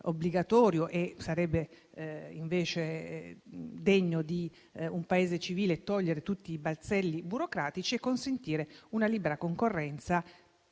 obbligatorio - oltre che degno di un Paese civile - togliere tutti i balzelli burocratici e consentire una libera concorrenza,